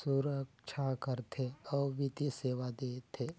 सुरक्छा करथे अउ बित्तीय सेवा देथे